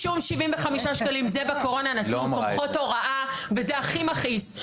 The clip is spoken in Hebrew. זה הכי מכעיס.